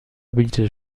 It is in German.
bietet